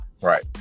Right